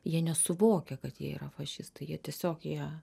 jie nesuvokia kad jie yra fašistai jie tiesiog jie